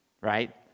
right